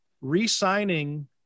re-signing